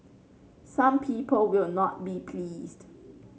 some people will not be pleased